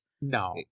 No